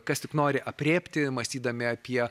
kas tik nori aprėpti mąstydami apie